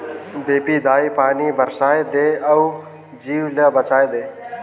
देपी दाई पानी बरसाए दे अउ जीव ल बचाए दे